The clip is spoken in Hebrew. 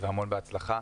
המון הצלחה.